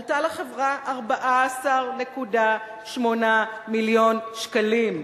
עלתה לחברה 14.8 מיליון שקלים.